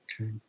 Okay